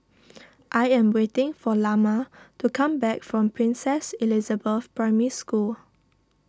I am waiting for Lamar to come back from Princess Elizabeth Primary School